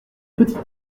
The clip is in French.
petites